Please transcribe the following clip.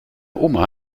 oma